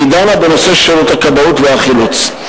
והיא דנה בנושא שירות הכבאות והחילוץ.